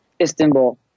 Istanbul